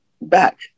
Back